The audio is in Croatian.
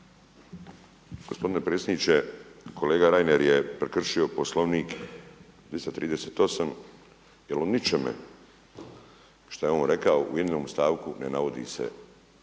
Gospodine predsjedniče, kolega Reiner je prekršio Poslovnik 238. jer u ničemu što je on rekao, ni u jednom stavku ne navodi se